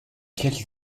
quelle